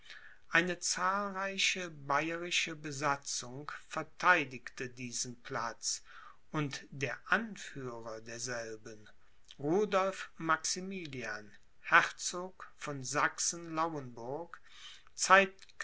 eine zahlreiche bayerische besatzung vertheidigte diesen platz und der anführer derselben rudolph maximilian herzog von sachsen lauenburg